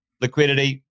liquidity